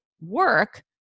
work